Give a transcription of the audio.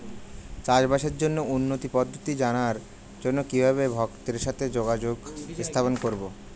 চাষবাসের জন্য উন্নতি পদ্ধতি জানার জন্য কিভাবে ভক্তের সাথে যোগাযোগ স্থাপন করব?